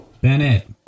Bennett